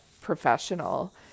professional